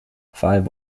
five